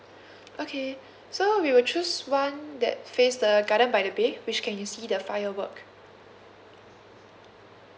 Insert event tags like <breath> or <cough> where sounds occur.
<breath> okay so we will choose one that face the garden by the bay which can you see the firework